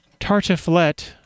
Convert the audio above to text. tartiflette